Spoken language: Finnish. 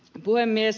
puhemies